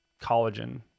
collagen